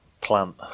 plant